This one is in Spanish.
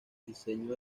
diseño